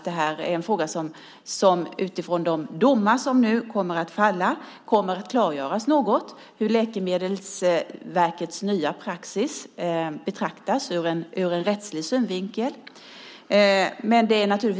De domar som nu kommer att falla kommer att klargöra hur Läkemedelsverkets nya praxis betraktas ur en rättslig synvinkel.